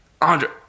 Andre